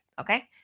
okay